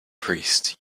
prince